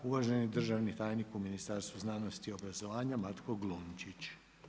Uvaženi državni tajnik u Ministarstvu znanosti, obrazovanja Matko Glunčić.